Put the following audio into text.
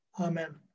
Amen